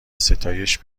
ستایش